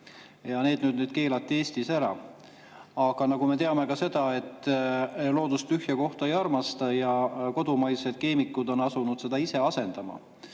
Need keelati Eestis ära. Aga me teame ka seda, et loodus tühja kohta ei armasta. Kodumaised keemikud on asunud neid asendama